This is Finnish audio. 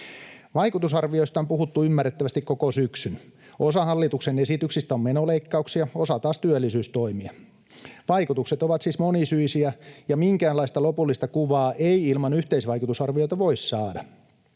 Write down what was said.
Vaikutusarvioista on puhuttu ymmärrettävästi koko syksyn. Osa hallituksen esityksistä on menoleikkauksia, osa taas työllisyystoimia. Vaikutukset ovat siis monisyisiä, ja minkäänlaista lopullista kuvaa ei ilman yhteisvaikutusarvioita voi saada.